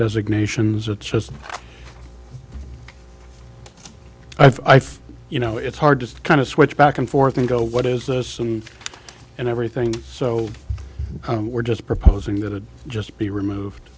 designations it's just i think you know it's hard to kind of switch back and forth and go what is this and and everything so we're just proposing that it just be removed